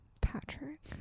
patrick